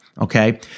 Okay